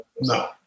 No